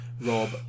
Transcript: Rob